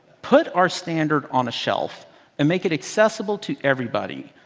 put our standard on a shelf and make it accessible to everybody,